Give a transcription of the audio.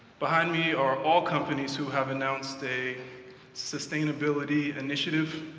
behind me are all companies who have announced a sustainability initiative,